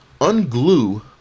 unglue